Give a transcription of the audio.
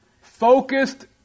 Focused